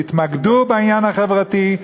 תתמקדו בעניין החברתי,